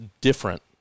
different